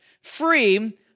free